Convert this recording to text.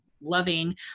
loving